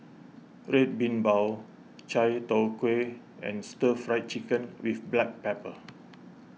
Red Bean Bao Chai Tow Kway and Stir Fried Chicken with Black Pepper